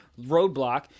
Roadblock